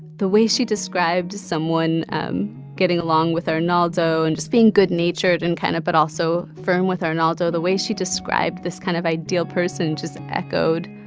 the way she described someone um getting along with arnaldo and just being good-natured and kind of but also firm with arnaldo. the way she described this kind of ideal person just echoed